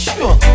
Sure